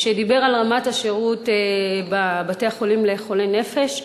שדיבר על רמת השירות בבתי-החולים לחולי נפש,